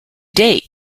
date